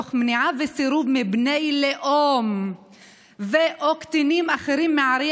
תוך מניעה וסירוב מבני לאום ו/או קטינים אחרים מערי